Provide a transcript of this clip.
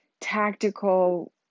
tactical